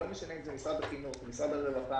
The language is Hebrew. לא משנה אם זה משרד העבודה או משרד הרווחה,